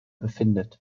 befindet